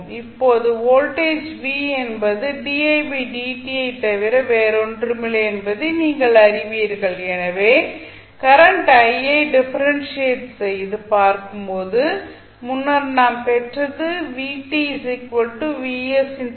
இப்போது voltage v என்பது didt யைத் தவிர வேறொன்றுமில்லை என்பதை நீங்கள் அறிவீர்கள் எனவே கரண்ட் I ஐ டிஃபரென்ஷியேட் செய்து பார்க்கும்போது முன்னர் நாம் பெற்றது ஆகும்